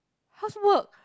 how's work